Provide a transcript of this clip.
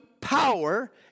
power